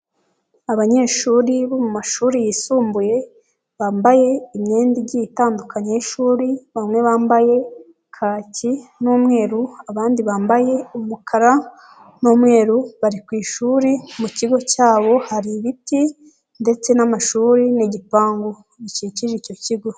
Abanyeshuri bo mu mashuri yisumbuye bambaye imyenda igiye itandukanye y'ishuri, bamwe bambaye kaki n'umweru abandi bambaye umukara n'umweru, bari ku ishuri mu kigo cyabo hari ibiti ndetse n'amashuri n'igipangu gikikije icyo kigo.